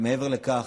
ומעבר לכך,